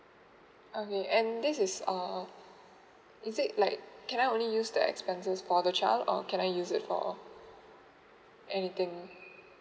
okay and this is uh is it like can I only use the expenses for the child or can I use it for anything